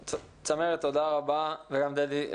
צמרת, תודה רבה, וגם דדי.